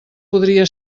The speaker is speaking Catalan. podria